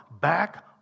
back